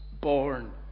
born